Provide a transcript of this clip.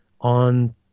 on